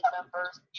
members